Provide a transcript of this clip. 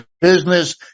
business